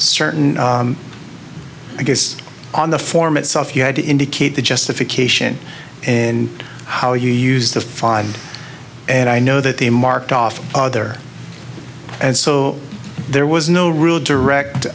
certain i guess on the form itself you had to indicate the justification and how you used to find and i know that they marked off other and so there was no real direct